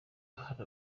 hano